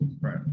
Right